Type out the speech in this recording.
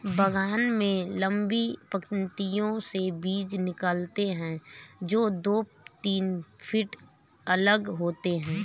बागान में लंबी पंक्तियों से बीज निकालते है, जो दो तीन फीट अलग होते हैं